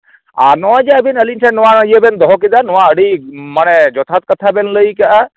ᱟᱨ ᱱᱚᱜᱼᱚᱭ ᱡᱮ ᱱᱚᱣᱟ ᱟᱵᱤᱱ ᱟᱞᱤᱧ ᱴᱷᱮᱱ ᱤᱭᱟᱹ ᱵᱮᱱ ᱫᱚᱦᱚ ᱠᱮᱫᱟ ᱱᱚᱣᱟ ᱟᱹᱰᱤ ᱢᱟᱱᱮ ᱡᱚᱛᱷᱟᱛ ᱠᱟᱛᱷᱟ ᱵᱮᱱ ᱞᱟᱹᱭ ᱠᱟᱜᱼᱟ